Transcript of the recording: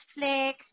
Netflix